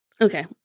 Okay